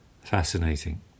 fascinating